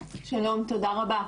שלום, תודה רבה.